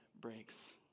breaks